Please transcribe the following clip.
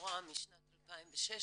לכאורה משנת 2016,